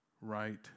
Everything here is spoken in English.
right